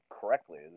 correctly